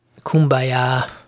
kumbaya